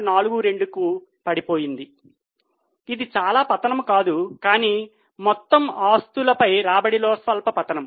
42 కి పడిపోయింది ఇది చాలా పతనం కాదు కానీ మొత్తం ఆస్తులపై రాబడిలో స్వల్ప పతనం